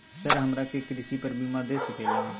Sir हमरा के कृषि पर बीमा दे सके ला?